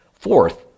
Fourth